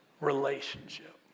relationship